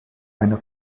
einer